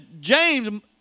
James